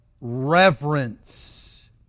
Reverence